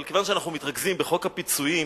אבל כיוון שאנחנו מתרכזים בחוק הפיצויים,